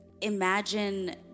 Imagine